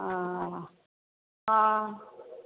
हँ हँ